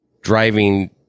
driving